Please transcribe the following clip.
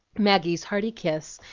maggie's hearty kiss,